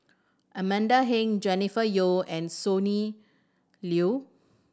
Amanda Heng Jennifer Yeo and Sonny Liew